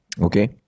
Okay